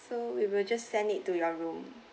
so we will just send it to your room